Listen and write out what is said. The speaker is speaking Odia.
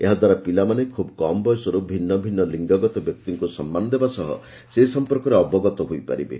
ଏହାଦ୍ୱାରା ପିଲାମାନେ ଖୁବ୍ କମ୍ ବୟସରୁ ଭିନ୍ନ ଭିନ୍ନ ଲିଙ୍ଗଗତ ବ୍ୟକ୍ତିଙ୍କୁ ସମ୍ମାନ ଦେବା ସହ ସେସମ୍ପର୍କରେ ଅବଗତ ହୋଇପାରିବେ